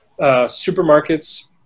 Supermarkets